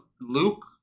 Luke